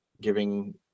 giving